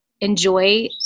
enjoy